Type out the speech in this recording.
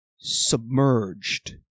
submerged